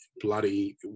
bloody